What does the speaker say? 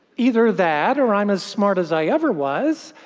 either that or i'm as smart as i ever was,